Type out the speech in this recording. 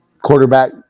quarterback